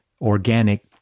organic